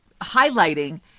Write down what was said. highlighting